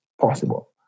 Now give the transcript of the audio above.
possible